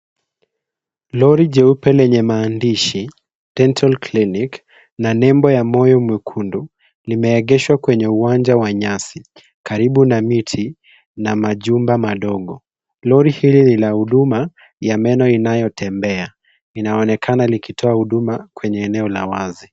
Lori jeupe lenye maandishi, dental clinic na nembo ya moyo mwekundu, limeegeshwa kwenye uwanja wa nyasi, karibu na miti na majumba madogo. Lori hili ni la huduma ya meno inayotembea, linaonekana likitoa huduma kwenye eneo la wazi.